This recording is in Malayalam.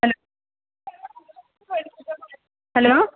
ഹൽ ഹലോ